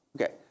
Okay